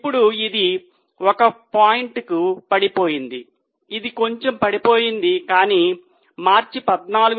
ఇప్పుడు ఇది 1 పాయింట్కు పడిపోయింది కొంచెం పడిపోయింది కానీ మార్చి 14న 1